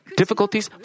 difficulties